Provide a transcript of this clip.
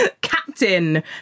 Captain